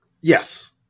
Yes